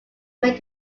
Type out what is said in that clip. may